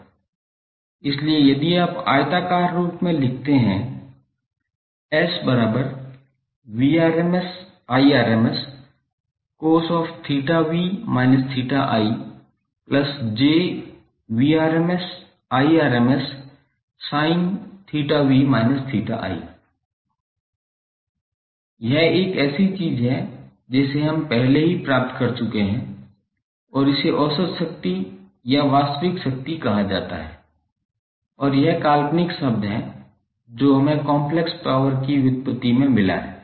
इसलिए यदि आप आयताकार रूप में लिखते हैं 𝑺 यह एक ऐसी चीज है जिसे हम पहले ही प्राप्त कर चुके हैं और इसे औसत शक्ति या वास्तविक शक्ति कहा जाता है और यह काल्पनिक शब्द है जो हमें कॉम्प्लेक्स पावर की व्युत्पत्ति में मिला है